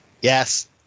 yes